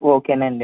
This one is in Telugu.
ఓకేనండి